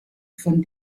von